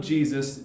Jesus